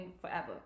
forever